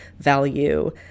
value